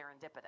serendipitous